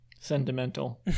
Sentimental